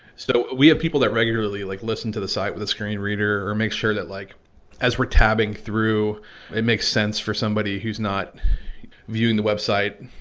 so we have people that regularly like listen to the site with a screen reader or make sure that like as we're tabbing through it makes sense for somebody who's not viewing the website,